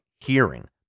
hearing